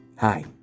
Hi